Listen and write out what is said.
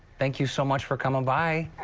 thank you so much for coming by.